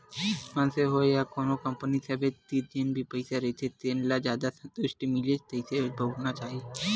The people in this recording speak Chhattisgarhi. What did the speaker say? मनसे होय या कोनो कंपनी सबे तीर जेन भी पइसा रहिथे तेन ल जादा संतुस्टि मिलय तइसे बउरना चाहथे